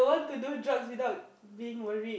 to do drugs without being worried